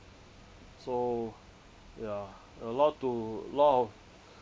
so ya a lot to a lot of